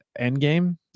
Endgame